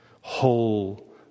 Whole